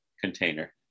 container